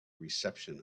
reception